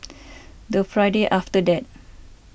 the Friday after that